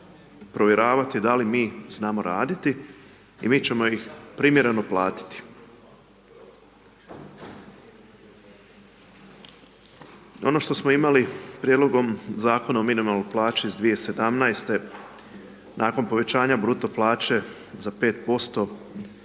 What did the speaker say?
provjeravati da li mi znamo raditi i mi ćemo ih primjereno platiti. Ono što smo imali prijedlogom Zakona o minimalnoj plaći iz 2017.-te nakon povećanja bruto plaće za 5%,